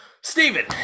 Stephen